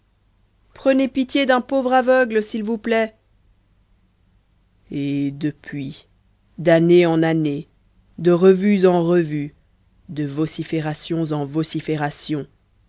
prenez pitié d'un pauvre aveugle s'il vous plaît et depuis d'année en année de revues en revues de vociférations en vociférations